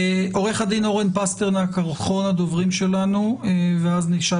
עורך הדין אורן פסטרנק הוא אחרון הדוברים שלנו ואז נשאל